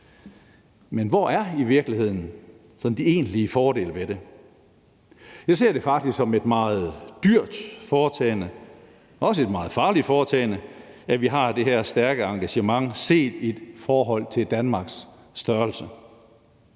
men hvor er i virkeligheden sådan de egentlige fordele ved det? Jeg ser det faktisk som et meget dyrt foretagende og også et meget farligt foretagende, at vi har det her stærke engagement set i forhold til Danmarks størrelse.